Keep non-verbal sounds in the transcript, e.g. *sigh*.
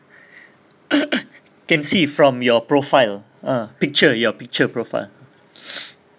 *coughs* can see from your profile ah picture your picture profile